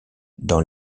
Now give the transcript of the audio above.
dans